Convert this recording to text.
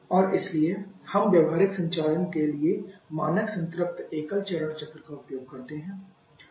और इसलिए हम व्यावहारिक संचालन के लिए मानक संतृप्त एकल चरण चक्र का उपयोग करते हैं